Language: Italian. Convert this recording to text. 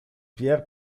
pierre